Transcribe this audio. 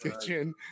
kitchen